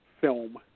film